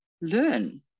learn